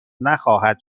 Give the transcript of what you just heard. نخواهد